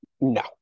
No